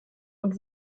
und